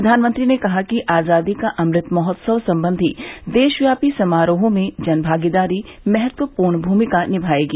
प्रधानमंत्री ने कहा कि आजादी का अमृत महोत्सव संबंधी देशव्यापी समारोहों में जन भागीदारी महत्वपूर्ण भूमिका निभाएगी